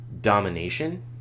domination